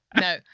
No